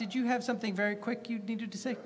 did you have something very quick you did to say